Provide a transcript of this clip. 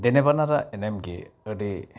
ᱫᱮᱱᱮᱼᱵᱟᱱᱟᱨᱟᱜ ᱮᱱᱮᱢᱜᱮ ᱟᱹᱰᱤ